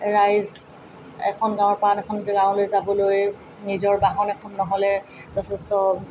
ৰাইজ এখন গাঁৱৰ পৰা আন এখন গাঁৱলৈ যাবলৈ নিজৰ বাহন এখন নহ'লে যথেষ্ট